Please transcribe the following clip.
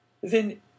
Then